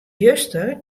juster